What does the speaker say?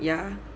ya